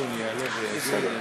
השיכון יעלה ויגיד.